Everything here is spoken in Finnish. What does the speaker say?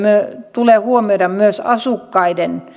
tulee huomioida myös asukkaiden